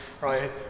right